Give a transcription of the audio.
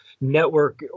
network